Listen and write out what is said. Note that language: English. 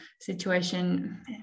situation